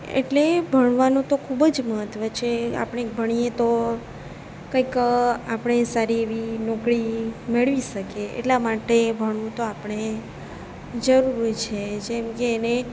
એટલે ભણવાનું તો ખૂબ જ મહત્વ છે આપણે ભણીએ તો કંઈક આપણે સારી એવી નોકરી મેળવી શકીએ એટલા માટે ભણવું તો આપણે જરૂરી છે જેમ કે એને